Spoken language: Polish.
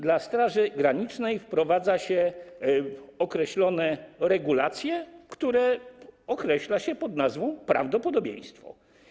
Dla Straży Granicznej wprowadza się określone regulacje, które określa się pod nazwą: prawdopodobieństwo.